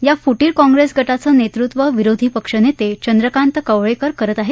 या फुटीर काँग्रेस गटाचं नेतृत्व विरोधी पक्षनेते चंद्रकांत कवळेकर करत आहेत